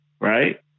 right